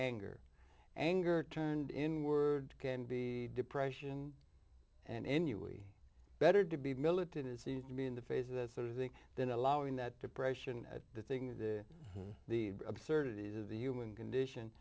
anger anger turned inward can be depression and in you we better to be militant it seems to me in the face of this sort of thing then allowing that depression at the thing that the absurdity of the human condition